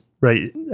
right